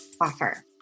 offer